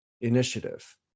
initiative